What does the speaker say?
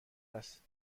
است